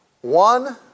One